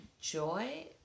joy